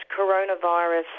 coronavirus